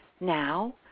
now